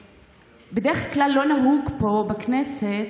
בדרך כלל לא נהוג פה בכנסת,